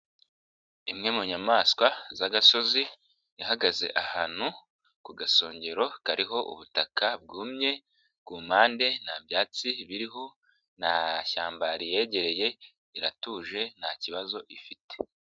Imwe mu nyamaswa z'agasozi, ihagaze ahantu ku gasongero kariho ubutaka bwumye, kumpande nta byatsi biriho, nta shyamba riyegereye, iratuje, nta kibazo ifite.